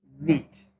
neat